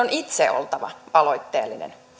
on itse oltava aloitteellinen